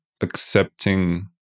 accepting